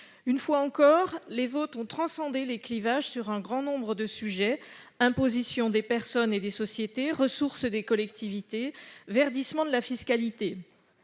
Une fois encore, les votes ont transcendé les clivages sur un grand nombre de sujets : imposition des personnes et des sociétés, ressources des collectivités, verdissement de la fiscalité.